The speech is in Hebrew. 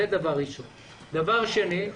דבר שני.